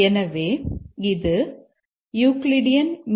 எனவே இது யூக்லிட்டின் மீ